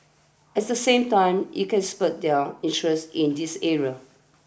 as the same time it can spur their interest in these areas